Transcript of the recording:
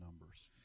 numbers